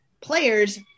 players